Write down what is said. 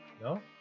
No